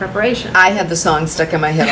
preparation i have the song stuck in my head